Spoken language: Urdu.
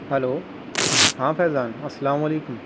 ہیلو ہاں فیضان السلام علیکم